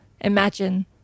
imagine